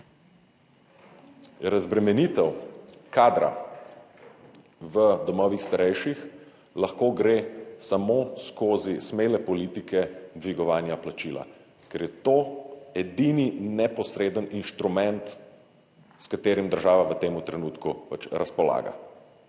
Razbremenitev kadra v domovih starejših lahko gre samo skozi smele politike dvigovanja plačila, ker je to edini neposreden inštrument s katerim država v tem trenutku razpolaga.